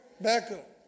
backup